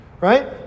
right